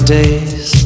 days